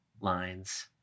lines